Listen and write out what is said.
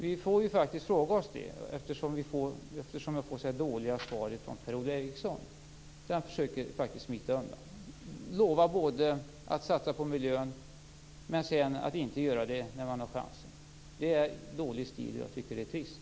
Vi får faktiskt fråga oss det, eftersom jag får så dåliga svar från Per-Ola Eriksson. Han försöker smita undan. Han lovar att satsa på miljön, men gör det inte när han har chansen. Det är dålig stil, och jag tycker att det är trist.